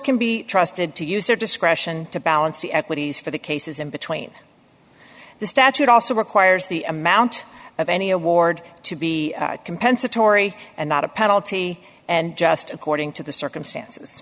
can be trusted to use their discretion to balance the equities for the cases in between the statute also requires the amount of any award to be compensatory and not a penalty and just according to the circumstances